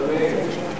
אבל מהם,